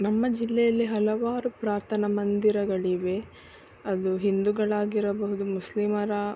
ನಮ್ಮ ಜಿಲ್ಲೆಯಲ್ಲಿ ಹಲವಾರು ಪ್ರಾರ್ಥನಾ ಮಂದಿರಗಳಿವೆ ಅದು ಹಿಂದುಗಳಾಗಿರಬಹುದು ಮುಸ್ಲಿಮರ